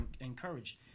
encouraged